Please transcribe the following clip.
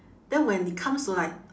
then when it comes to like